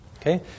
Okay